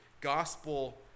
gospel